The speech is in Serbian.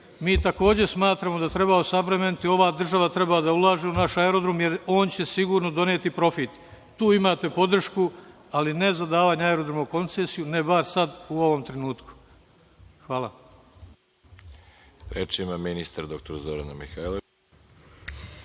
mi takođe smatramo da treba osavremeniti. Ova država treba da ulaže u naš aerodrom, jer će on sigurno doneti profit. Tu imate podršku, ali ne zadavanje aerodroma u koncesiju, bar ne sada u ovom trenutku. Hvala